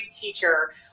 teacher